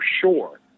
sure